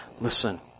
Listen